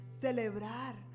celebrar